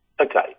Okay